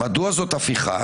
מדוע זו הפיכה